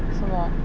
什么